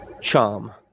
Charm